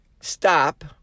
stop